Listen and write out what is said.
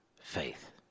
faith